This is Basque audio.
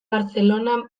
barcellona